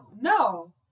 No